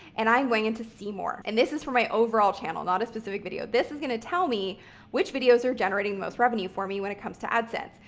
and i went into see more. and this is for my overall channel, not a specific video. this is going to tell me which videos are generating the most revenue for me when it comes to adsense.